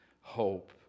hope